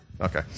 Okay